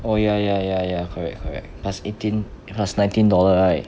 oh ya ya ya ya correct correct plus eighteen plus nineteen dollar right